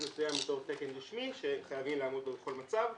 מסוים בתור תקן רשמי שחייבים לעמוד בו בכל מצב,